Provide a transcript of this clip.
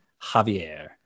Javier